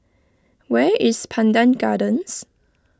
where is Pandan Gardens